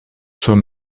soit